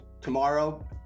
tomorrow